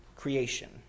creation